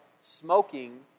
smoking